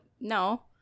No